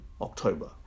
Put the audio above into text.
October